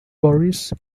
boris